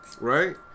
Right